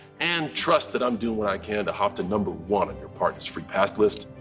and trust that i'm doing what i can to hop to number one on your partner's free pass list,